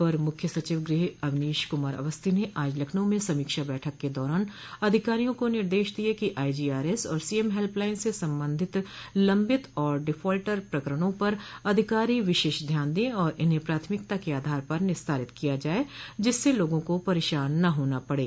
अपर मुख्य सचिव गृह अवनीश कुमार अवस्थी ने आज लखनऊ में समीक्षा बैठक के दौरान अधिकारियों को निर्देश दिये कि आईजीआरएस और सीएम हेल्पलाइन से संबंधित लंबित और डिफाल्टर प्रकरणों पर अधिकारी विशेष ध्यान दें और इन्हें प्राथमिकता के आधार पर निस्तारित किया जाये जिससे लोगों को परेशान न होना पड़े